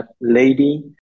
lady